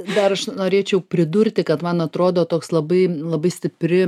dar aš norėčiau pridurti kad man atrodo toks labai labai stipri